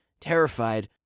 Terrified